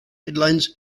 headlines